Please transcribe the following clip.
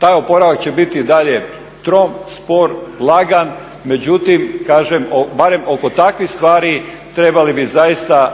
Taj oporavak će biti i dalje trom, spor, lagan, međutim kažem barem oko takvih stvari trebali bi zaista